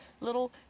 little